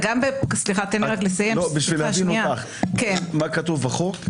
מה כתוב בחוק?